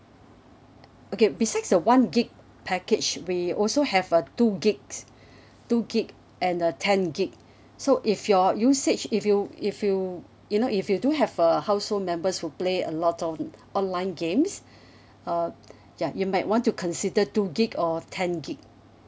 okay besides the one gigabyte package we also have a two gigabyte two gigabyte and a ten gigabyte so if your usage if you if you you know if you do have a household members who play a lot of online games uh ya you might want to consider two gigabyte or ten gigabyte